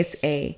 SA